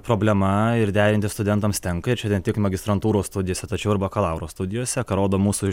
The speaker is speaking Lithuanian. problema ir derinti studentams tenka ir šiandien tik magistrantūros studijose tačiau ir bakalauro studijose ką rodo mūsų